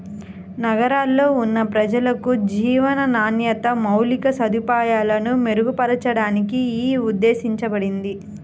నగరాల్లో ఉన్న ప్రజలకు జీవన నాణ్యత, మౌలిక సదుపాయాలను మెరుగుపరచడానికి యీ ఉద్దేశించబడింది